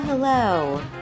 Hello